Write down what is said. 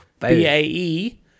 B-A-E